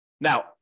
Now